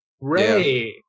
Ray